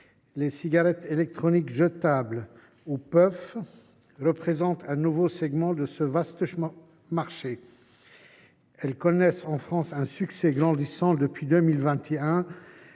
Les cigarettes électroniques jetables, ou puffs, représentent un nouveau segment de ce vaste marché. Elles connaissent en France un succès grandissant depuis 2021.